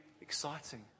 exciting